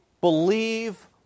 believe